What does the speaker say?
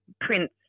Prince